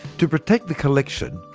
to protect the collection,